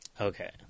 Okay